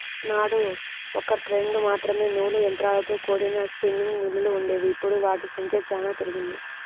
నాడు ఒకట్రెండు మాత్రమే నూలు యంత్రాలతో కూడిన స్పిన్నింగ్ మిల్లులు వుండేవి, ఇప్పుడు వాటి సంఖ్య చానా పెరిగింది